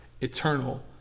eternal